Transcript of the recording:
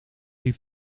die